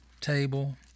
table